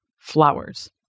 flowers